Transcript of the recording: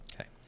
Okay